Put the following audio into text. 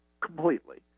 completely